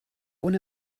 ohne